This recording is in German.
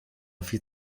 viel